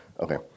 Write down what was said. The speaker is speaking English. Okay